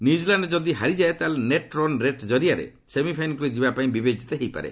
New Zealand ଯଦି ହାରିଯାଏ ତାହେଲେ ନେଟ୍ ରନ୍ ରେଟ୍ ଜରିଆରେ ସେମିଫାଇନାଲ୍କୁ ଯିବାପାଇଁ ବିବେଚିତ ହୋଇପାରେ